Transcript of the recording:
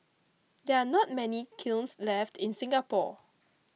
there are not many kilns left in Singapore